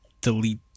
delete